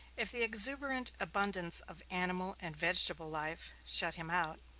if the exuberant abundance of animal and vegetable life shut him out,